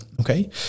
okay